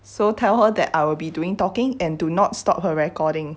so tell her that I will be doing talking and do not stop her recording